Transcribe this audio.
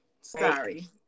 Sorry